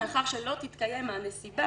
מאחר שלא תתקיים הנסיבה,